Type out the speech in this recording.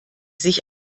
sich